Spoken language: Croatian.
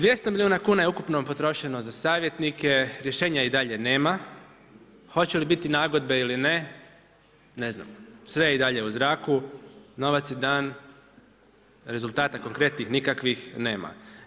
200 milijuna kuna je ukupno potrošeno za savjetnike, rješenja i dalje nema, hoće li biti nagodbe ili ne, ne znamo, sve je i dalje u zraku, novac je dan, rezultata konkretnih nikakvih nema.